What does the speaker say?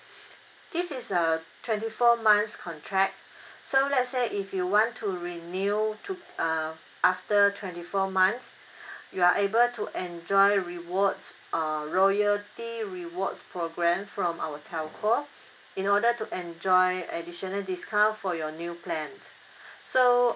this is a twenty four months contract so let's say if you want to renew uh after twenty four months you are able to enjoy rewards uh loyalty rewards programme from our telco in order to enjoy additional discount for your new plan so